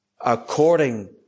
according